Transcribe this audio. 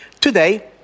Today